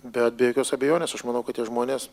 bet be jokios abejonės aš manau kad tie žmonės